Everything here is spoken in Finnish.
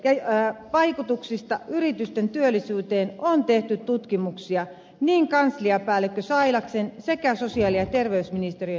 kelamaksun poistamisen vaikutuksista yritysten työllisyyteen on tehty tutkimuksia niin kansliapäällikkö sailaksen kuin sosiaali ja terveysministeriönkin osalta